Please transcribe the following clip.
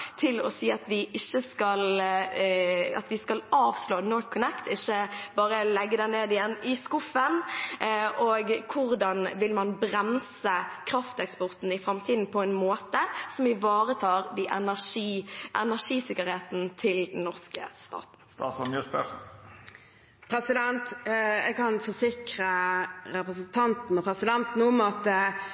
til å si at vi skal avslå NorthConnect, ikke bare legge det ned igjen i skuffen? Og hvordan vil man bremse krafteksporten i framtiden på en måte som ivaretar energisikkerheten til den norske staten? Jeg kan forsikre representanten og presidenten om at det ikke skal bygges noen flere utenlandskabler i denne perioden. Jeg mener likevel at det er viktig at